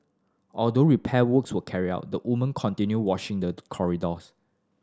although repair work were carried out the woman continued washing the corridors